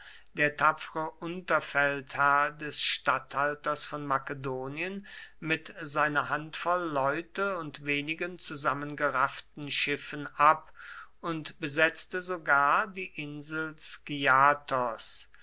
der tapfere unterfeldherr des statthalters von makedonien mit seiner handvoll leute und wenigen zusammengerafften schiffen ab und besetzte sogar die insel